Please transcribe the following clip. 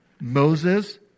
Moses